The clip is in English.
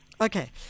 Okay